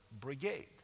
Brigade